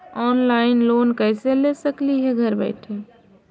Online loan कैसे ले सकली हे घर बैठे?